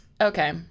okay